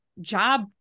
job